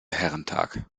herrentag